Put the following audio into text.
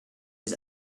his